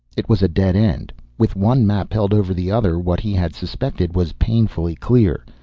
it was a dead end. with one map held over the other, what he had suspected was painfully clear.